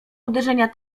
uderzenia